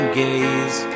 gaze